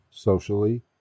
Socially